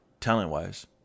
talent-wise